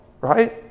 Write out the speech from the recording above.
right